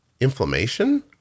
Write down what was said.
inflammation